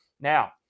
Now